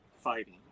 fighting